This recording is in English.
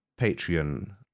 Patreon